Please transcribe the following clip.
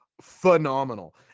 phenomenal